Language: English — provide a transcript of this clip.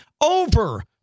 over